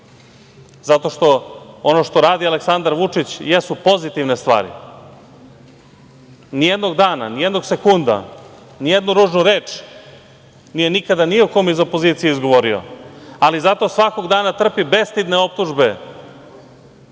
zato što ono što radi Aleksandar Vučić jesu pozitivne stvari. Nijednog dana, nijednog sekunda, nijednu ružnu reč nije nikada ni o kome iz opozicije izgovorio, ali zato svakog dana trpi bestidne optužbe